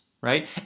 right